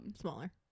Smaller